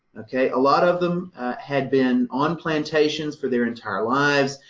ok, a lot of them had been on plantations for their entire lives,